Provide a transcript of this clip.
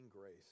grace